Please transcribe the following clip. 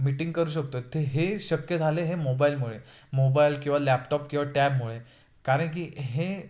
meeting करू शकतो ते हे शक्य झाले हे मोबाईलमुळे मोबाईल किंवा लॅपटॉप किंवा टॅबमुळे कारण की हे